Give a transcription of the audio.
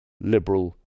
liberal